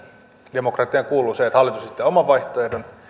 demokratiaan kuuluu se että hallitus esittää oman vaihtoehtonsa